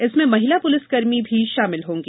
इसमें महिला पुलिसकर्मी भी शामिल होगी